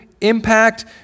impact